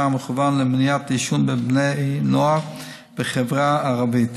המכוון למניעת עישון בקרב בני נוער בחברה הערבית.